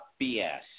BS